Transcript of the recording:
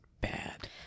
bad